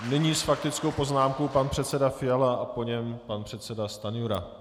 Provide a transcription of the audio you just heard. Nyní s faktickou poznámkou pan předseda Fiala, po něm pan předseda Stanjura.